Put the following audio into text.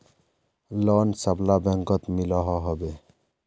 Loan सबला बैंकोत मिलोहो होबे?